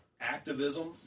Activism